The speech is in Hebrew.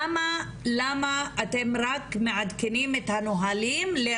למה אתם רק מעדכנים את הנהלים לרעה?